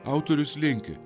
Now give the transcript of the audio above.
autorius linki